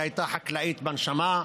היא הייתה חקלאית בנשמה.